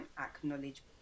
acknowledge